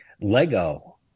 Lego